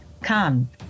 Come